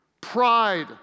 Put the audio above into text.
pride